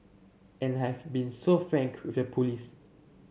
and I have been so frank with the police